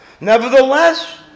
Nevertheless